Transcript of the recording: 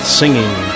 singing